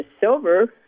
silver